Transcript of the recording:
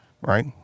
right